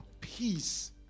peace